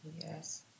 Yes